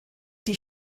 die